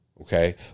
okay